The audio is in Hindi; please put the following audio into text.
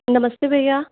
नमस्ते भैया